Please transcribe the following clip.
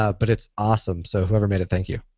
ah but it's awesome, so whoever made it, thank you.